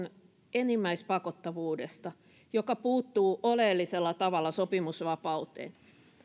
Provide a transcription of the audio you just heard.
enimmäispakottavuudesta joka puuttuu oleellisella tavalla sopimusvapauteen